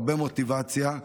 הרבה מוטיבציה,